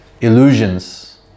illusions